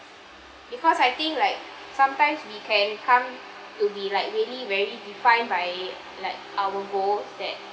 because I think like sometimes we can come to be like really very defined by like our goal that